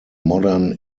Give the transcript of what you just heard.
modern